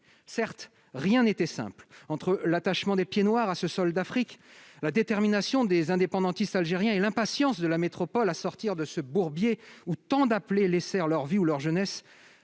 Certes, rien n'était simple. Entre l'attachement des pieds-noirs au sol d'Afrique, la détermination des indépendantistes algériens et l'impatience de la métropole à sortir de ce bourbier, où tant d'appelés laissèrent leur vie ou leur jeunesse,